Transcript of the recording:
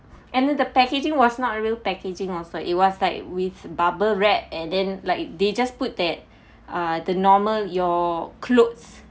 and then the packaging was not a real packaging also it was like with bubble wrap and then like they just put that uh the normal your clothes